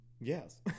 Yes